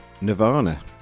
Nirvana